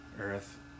Earth